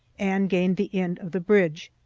and gained the end of the bridge.